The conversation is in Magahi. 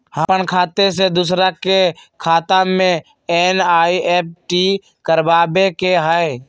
अपन खाते से दूसरा के खाता में एन.ई.एफ.टी करवावे के हई?